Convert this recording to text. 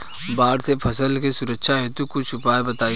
बाढ़ से फसल के सुरक्षा हेतु कुछ उपाय बताई?